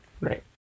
Right